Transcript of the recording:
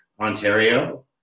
Ontario